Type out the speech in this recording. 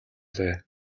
билээ